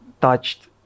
touched